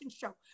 show